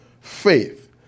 faith